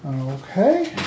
Okay